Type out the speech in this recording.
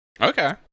Okay